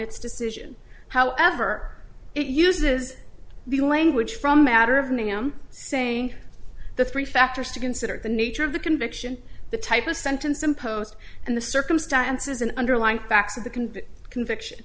its decision however it uses the language from matter of an am saying the three factors to consider the nature of the conviction the type of sentence imposed and the circumstances and underlying facts of the can conviction